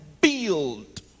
build